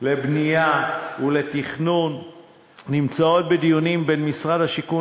לבנייה ולתכנון נמצאות בדיונים בין משרד השיכון